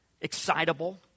excitable